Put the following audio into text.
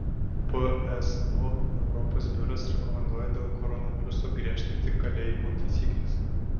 pso europos biuras rekomenduoja dėl koronaviruso griežtinti kalėjimų taisykles